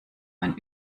man